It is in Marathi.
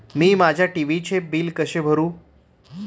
मी माझ्या टी.व्ही चे बिल कसे भरू?